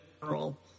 general